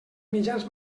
mitjans